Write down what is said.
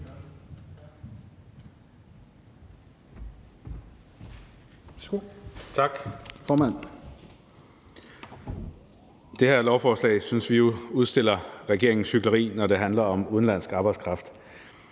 Det her lovforslag synes vi jo udstiller regeringens hykleri, når det handler om udenlandsk arbejdskraft.